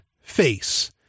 face